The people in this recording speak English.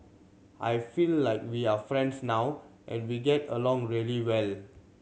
I feel like we are friends now and we get along really well